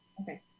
Okay